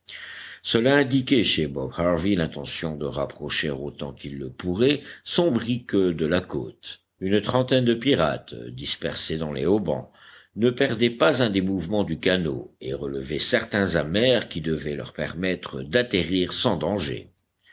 cela indiquait chez bob harvey l'intention de rapprocher autant qu'il le pourrait son brick de la côte une trentaine de pirates dispersés dans les haubans ne perdaient pas un des mouvements du canot et relevaient certains amers qui devaient leur permettre d'atterrir sans danger